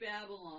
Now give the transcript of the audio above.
Babylon